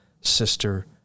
sister